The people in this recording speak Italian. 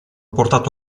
portato